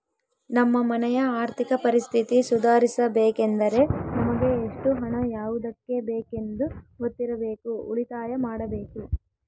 ನಮ್ಮ ಮನೆಯ ಆರ್ಥಿಕ ಪರಿಸ್ಥಿತಿ ಸುಧಾರಿಸಬೇಕೆಂದರೆ ನಮಗೆ ಎಷ್ಟು ಹಣ ಯಾವುದಕ್ಕೆ ಬೇಕೆಂದು ಗೊತ್ತಿರಬೇಕು, ಉಳಿತಾಯ ಮಾಡಬೇಕು